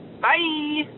Bye